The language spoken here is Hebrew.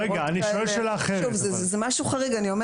שוב, זה משהו חריג.